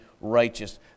righteous